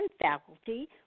faculty